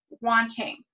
wanting